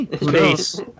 Space